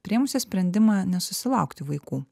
priėmusių sprendimą nesusilaukti vaikų